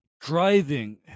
driving